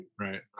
right